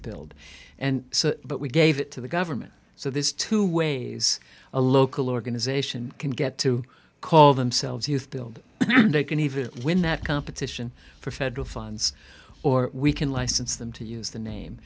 build and so but we gave it to the government so there's two ways a local organization can get to call themselves youth build they can even win that competition for federal funds or we can license them to use the name